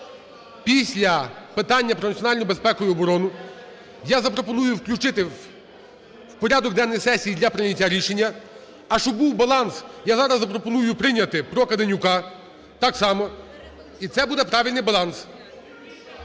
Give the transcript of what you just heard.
після питання про національну безпеку і оборону, я запропоную включити у порядок денний сесії для прийняття рішення. А щоб був баланс, я зараз запропоную прийняти про Каденюка так само, і це буде правильний баланс,